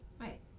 Right